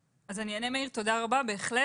תודה, מאיר.